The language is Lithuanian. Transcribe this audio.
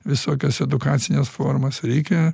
visokias edukacines formas reikia